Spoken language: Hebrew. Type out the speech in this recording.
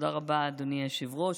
אדוני היושב-ראש.